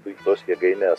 jeigu tos jėgainės